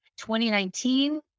2019